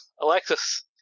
Alexis